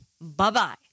Bye-bye